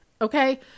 okay